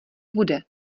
bude